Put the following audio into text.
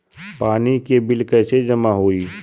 पानी के बिल कैसे जमा होयी?